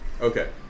Okay